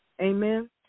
Amen